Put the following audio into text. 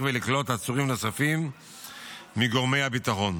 ולקלוט עצורים נוספים מגורמי הביטחון